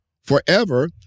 forever